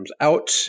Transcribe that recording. out